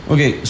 Okay